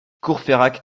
courfeyrac